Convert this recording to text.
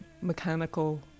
mechanical